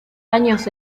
años